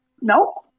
no